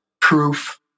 proof